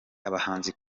abahanzi